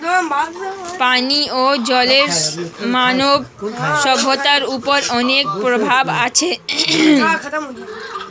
পানিও জলের মানব সভ্যতার ওপর অনেক প্রভাব আছে